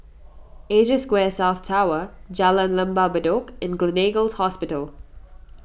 Asia Square South Tower Jalan Lembah Bedok and Gleneagles Hospital